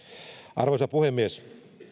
arvoisa puhemies